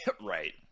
Right